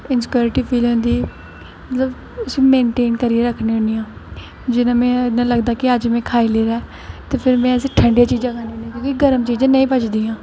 insecurity feel होंदी मतलब इसी मेनटेन करियै रक्खनी होन्नी आं जि'यां मिगी लगदा कि अग्गें में खाई लेदा ऐ ते फिर में ठंडी चीजां खन्नी होन्नी क्योंकि गर्म चीजां नेईं पचदियां